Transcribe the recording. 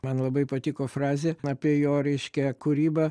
man labai patiko frazė apie jo reiškia kūrybą